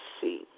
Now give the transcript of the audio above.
see